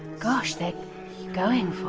gosh, they're going for